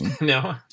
No